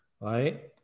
Right